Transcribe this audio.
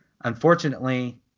Unfortunately